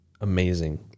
amazing